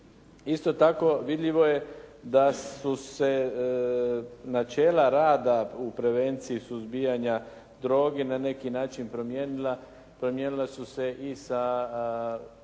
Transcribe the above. Isto tako vidljivo je da su se načela rada u prevenciji u suzbijanja droge na neki način promijenila. Promijenila su se i sa osobom